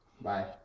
Bye